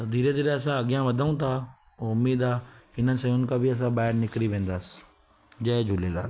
धीरे धीरे असां अॻियां वधूं था उमेदु आहे की हिन शयूं खां बि असां ॿाहिरि निकिरी वेंदासीं जय झूलेलाल